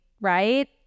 right